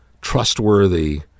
trustworthy